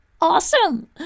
awesome